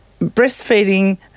breastfeeding